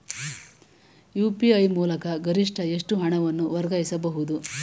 UPI ಮೂಲಕ ಗರಿಷ್ಠ ಎಷ್ಟು ಹಣವನ್ನು ವರ್ಗಾಯಿಸಬಹುದು?